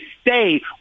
stay